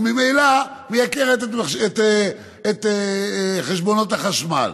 וממילא מייקרת את חשבונות החשמל,